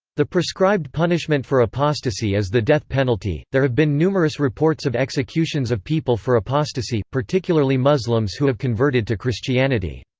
the prescribed punishment for apostasy is the death penalty there have been numerous reports of executions of people for apostasy, particularly muslims who have converted to christianity.